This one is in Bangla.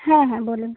হ্যাঁ হ্যাঁ বলুন